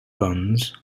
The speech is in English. buns